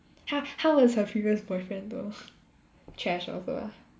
how how was her previous boyfriend though trash also ah